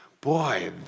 Boy